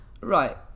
right